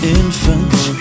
infants